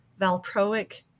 Valproic